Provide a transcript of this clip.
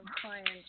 clients